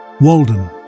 Walden